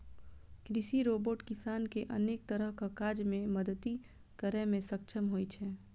कृषि रोबोट किसान कें अनेक तरहक काज मे मदति करै मे सक्षम होइ छै